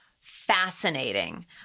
fascinating